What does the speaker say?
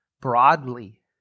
broadly